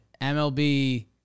MLB –